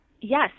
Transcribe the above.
Yes